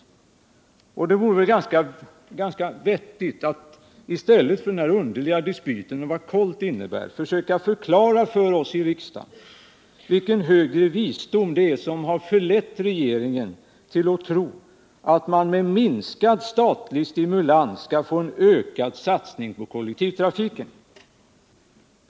Det vore väl ganska vettigt att i stället för den här underliga dispyten om vad KOLT innebär försöka förklara för oss i riksdagen vilken högre visdom det är som har förlett regeringen att tro att man med minskad statlig stimulans skall kunna få en ökad satsning på kollektivtrafiken.